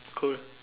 cool